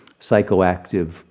psychoactive